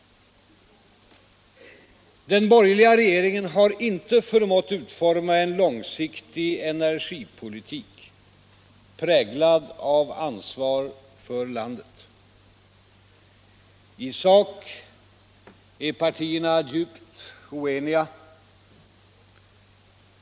Den borgerliga regeringen har inte förmått utforma en långsiktig energipolitik präglad av ansvar för landet. I sak är partierna djupt oeniga.